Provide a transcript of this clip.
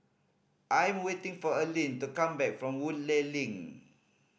I'm waiting for Alline to come back from Woodleigh Link